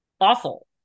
awful